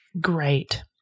Great